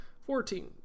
fourteen